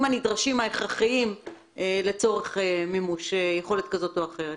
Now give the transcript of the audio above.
ההכרחיים הנדרשים לצורך מימוש יכולת כזאת או אחרת.